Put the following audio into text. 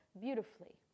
beautifully